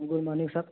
good morning sir